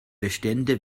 bestände